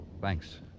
Thanks